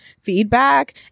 feedback